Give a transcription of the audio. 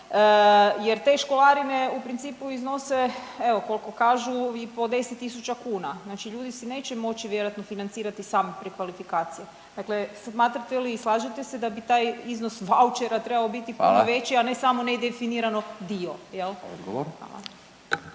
jer te školarine u principu iznose evo koliko kažu i po 10.000 kuna. Znači ljudi si neće moći vjerojatno financirati sami prekvalifikacije. Dakle, smatrate li i slažete se da bi taj iznos vaučera trebao biti puno veći …/Upadica: Hvala./… a ne samo nedefinirano dio.